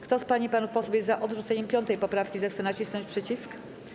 Kto z pań i panów posłów jest za odrzuceniem 5. poprawki, zechce nacisnąć przycisk.